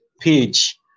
page